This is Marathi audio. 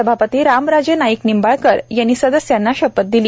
सभापती रामराजे नाईक निंबाळकर यांनी सदस्यांना शपथ दिली